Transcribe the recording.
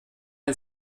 ein